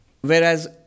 Whereas